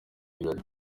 birori